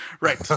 Right